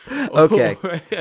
Okay